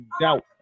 doubt